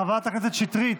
חברת הכנסת שטרית,